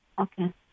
Okay